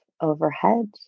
overhead